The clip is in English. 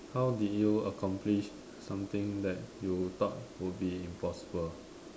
how did you accomplish something that you thought would be impossible